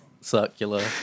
Circular